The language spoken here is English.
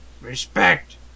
Respect